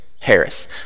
Harris